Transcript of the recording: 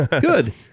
Good